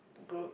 group